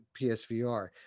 PSVR